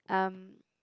um